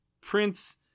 prince